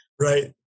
Right